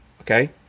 okay